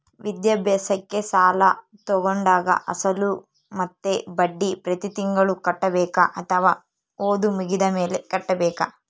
ವಿದ್ಯಾಭ್ಯಾಸಕ್ಕೆ ಸಾಲ ತೋಗೊಂಡಾಗ ಅಸಲು ಮತ್ತೆ ಬಡ್ಡಿ ಪ್ರತಿ ತಿಂಗಳು ಕಟ್ಟಬೇಕಾ ಅಥವಾ ಓದು ಮುಗಿದ ಮೇಲೆ ಕಟ್ಟಬೇಕಾ?